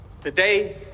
Today